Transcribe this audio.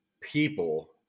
people